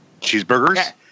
Cheeseburgers